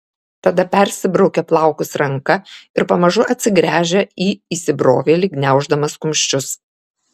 tada persibraukia plaukus ranka ir pamažu atsigręžia į įsibrovėlį gniauždamas kumščius